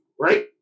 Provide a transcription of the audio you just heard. Right